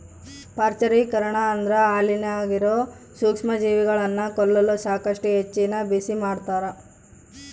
ಪಾಶ್ಚರೀಕರಣ ಅಂದ್ರ ಹಾಲಿನಾಗಿರೋ ಸೂಕ್ಷ್ಮಜೀವಿಗಳನ್ನ ಕೊಲ್ಲಲು ಸಾಕಷ್ಟು ಹೆಚ್ಚಿನ ಬಿಸಿಮಾಡ್ತಾರ